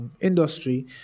industry